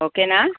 ఓకేనా